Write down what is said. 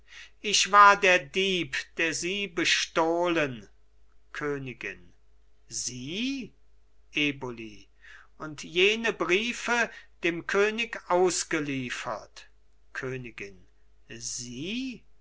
ich war der dieb der sie bestohlen königin sie eboli und jene briefe dem könig ausgeliefert königin sie